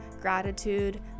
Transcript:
gratitude